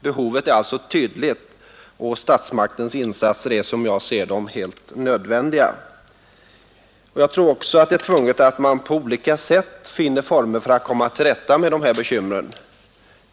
Behovet är alltså tydligt, och statsmaktens insatser är, som jag ser dem, helt nödvändiga. Jag tror också att det är nödvändigt att finna former för att komma till rätta med de här bekymren.